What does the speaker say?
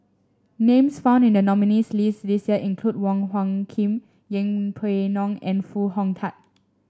names found in the nominees' list this year include Wong Hung Khim Yeng Pway Ngon and Foo Hong Tatt